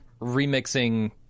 remixing